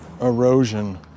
erosion